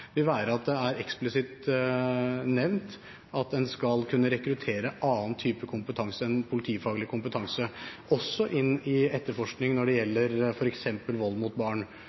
vil være at det er eksplisitt nevnt at en skal kunne rekruttere annen type kompetanse enn politifaglig kompetanse også inn i etterforskningen når det gjelder f.eks. vold mot barn.